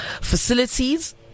Facilities